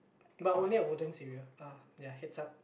but only a wooden uh yea heads up